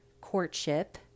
courtship